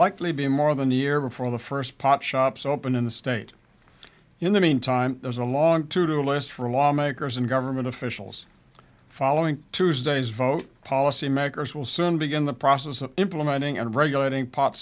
likely be more than a year before the first pot shops open in the state in the meantime there's a long to do list for lawmakers and government officials following tuesday's vote policy makers will soon begin the process of implementing and regulating pot